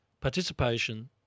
Participation